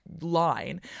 line